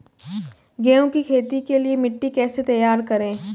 गेहूँ की खेती के लिए मिट्टी कैसे तैयार करें?